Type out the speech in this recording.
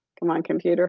come on, computer.